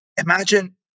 imagine